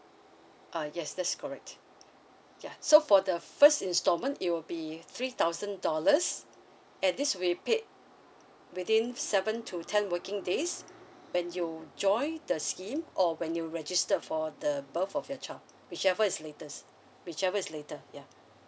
uh yes that's correct yeah so for the first installment it will be three thousand dollars and this we paid within seven to ten working days when you join the scheme or when you register for the birth of your child whichever is latest whichever is later ya